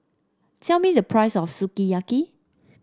tell me the price of Sukiyaki